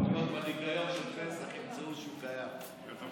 יכול להיות שבניקיון של פסח ימצאו שהוא קיים.